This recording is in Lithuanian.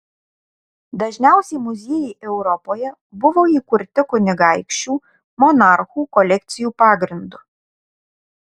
dažniausiai muziejai europoje buvo įkurti kunigaikščių monarchų kolekcijų pagrindu